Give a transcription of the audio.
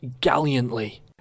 gallantly